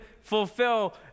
fulfill